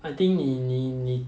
I think 你你你